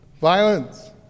violence